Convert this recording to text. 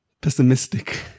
pessimistic